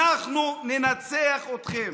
אנחנו ננצח אתכם.